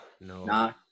no